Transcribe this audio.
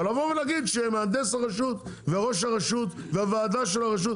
ולבוא ולהגיד שמהנדס הרשות וראש הרשות והוועדה של הרשות,